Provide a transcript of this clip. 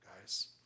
guys